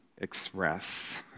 express